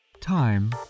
Time